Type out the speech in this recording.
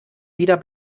wieder